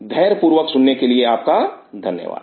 धैर्य पूर्वक सुनने के लिए आपका धन्यवाद